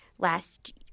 Last